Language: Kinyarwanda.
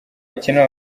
hakenewe